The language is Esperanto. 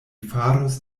faros